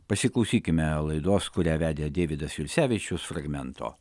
pasiklausykime laidos kurią vedė deividas jursevičius fragmento